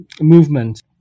movement